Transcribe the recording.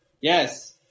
Yes